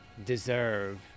Deserve